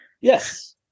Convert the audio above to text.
Yes